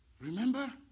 Remember